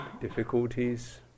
difficulties